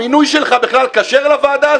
המינוי שלך בכלל כשר לוועדה הזאת?